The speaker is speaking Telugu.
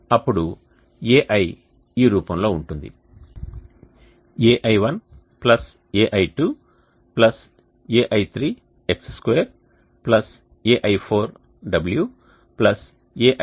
అప్పుడు Ai ఈ రూపంలో ఉంటుంది ai1ai2ai3x2ai4wai5w2